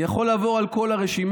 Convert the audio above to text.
אני יכול לעבור על כל הרשימה,